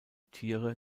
tiere